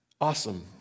Awesome